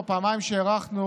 בפעמיים שהארכנו,